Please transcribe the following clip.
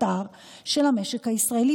הקטר של המשק הישראלי,